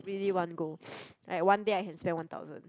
really at one go I one day I can spend one thousand